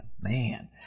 Man